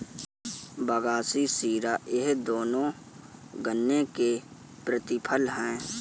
बगासी शीरा ये दोनों गन्ने के प्रतिफल हैं